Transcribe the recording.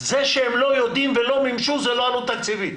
זה שהם לא יודעים ולא מימשו זה לא עלות תקציבית.